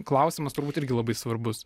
klausimas turbūt irgi labai svarbus